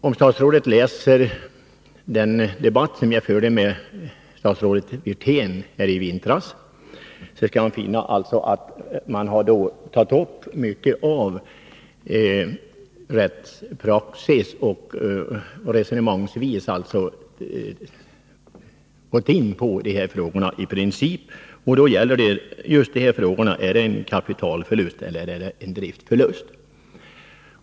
Om statsrådet Feldt läser den debatt som jag hade med statsrådet Wirtén i vintras, så skall han finna att man tagit upp rätt mycket av rättspraxis och resonemangsvis gått in på de här frågorna i princip. Det gäller just spörsmålet om det här är fråga om en kapitalförlust eller en driftförlust.